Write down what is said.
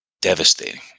devastating